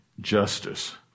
justice